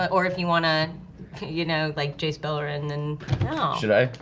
but or if you wanna you know like jace beleren and should i?